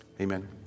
Amen